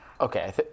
Okay